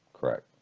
correct